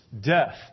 death